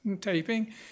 taping